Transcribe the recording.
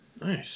Nice